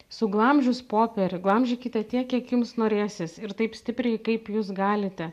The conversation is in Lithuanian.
suglamžius popierių glamžykite tiek kiek jums norėsis ir taip stipriai kaip jūs galite